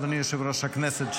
אדוני יושב-ראש הכנסת,